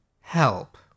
help